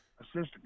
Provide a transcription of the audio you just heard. assistant